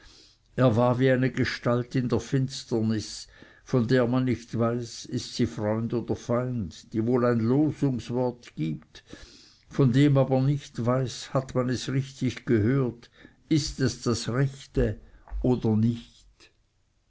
er war wie eine gestalt in der finsternis von der man nicht weiß ist sie freund oder feind die wohl ein losungswort gibt von dem man aber nicht weiß hat man es richtig gehört ist es das rechte oder nicht